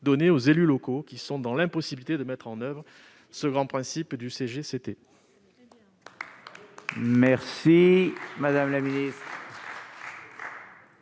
donner aux élus locaux, qui sont dans l'impossibilité de mettre en oeuvre ce grand principe du code